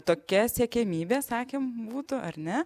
tokia siekiamybė sakėm būtų ar ne